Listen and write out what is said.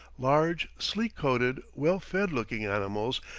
large, sleek-coated, well-fed-looking animals,